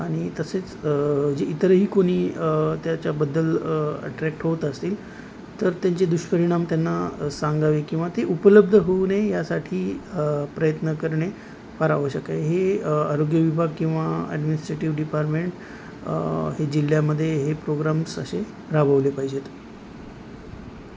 आणि तसेच जे इतरही कोणी त्याच्याबद्दल अट्रॅक्ट होत असतील